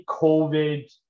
COVID